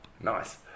Nice